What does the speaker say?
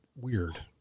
weird